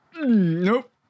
Nope